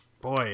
Boy